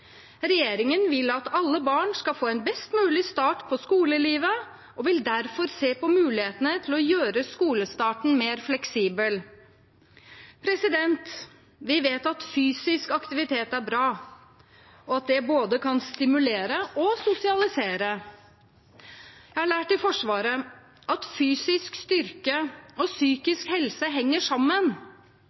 Regjeringen vil at alle barn skal få en best mulig start på skolelivet og vil derfor se på mulighetene til å gjøre skolestarten mer fleksibel. Vi vet at fysisk aktivitet er bra – og at det kan både stimulere og sosialisere. Jeg har lært i Forsvaret at fysisk styrke og psykisk helse henger sammen.